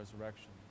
resurrection